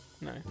No